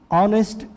honest